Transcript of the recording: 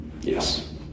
Yes